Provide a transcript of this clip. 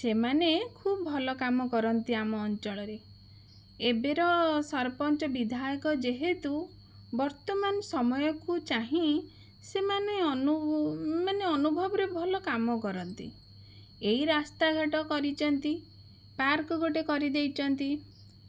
ସେମାନେ ଖୁବ୍ ଭଲ କାମ କରନ୍ତି ଆମ ଅଞ୍ଚଳରେ ଏବେ ର ସରପଞ୍ଚ ବିଧାୟକ ଯେହେତୁ ବର୍ତ୍ତମାନ ସମୟ କୁ ଚାହିଁ ସେମାନେ ଅନୁ ମାନେ ଅନୁଭବରେ ଭଲ କାମ କରନ୍ତି ଏଇ ରାସ୍ତା ଘାଟ କରିଛନ୍ତି ପାର୍କ ଗୋଟେ କରିଦେଇଛନ୍ତି